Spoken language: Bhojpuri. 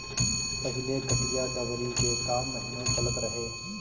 पहिले कटिया दवरी के काम महिनो चलत रहे